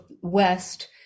West